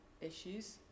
issues